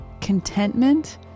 Contentment